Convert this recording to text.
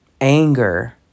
anger